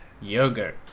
Yogurt